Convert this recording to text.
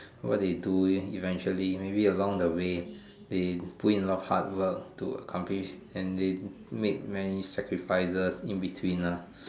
what they do eventually maybe along the way they put in a lot of hard work to accomplish and they make many sacrifices in between lah